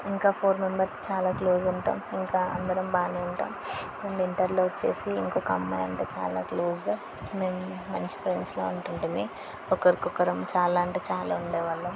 ఇంకా four members చాలా close ఉంటాం ఇంకా అందరం బాగా ఉంటాం అండ్ ఇంటర్లో వచ్చి ఇంకో అమ్మాయి అంటే చాలా క్లోజ్ మేము మంచి ఫ్రెండ్స్లాగా ఉంటు ఉంటిమి ఒకరికి ఒకరు చాలా అంటే చాలా ఉండే వాళ్ళం